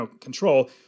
control